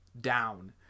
down